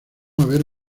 haber